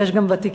ויש גם ותיקים,